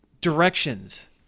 directions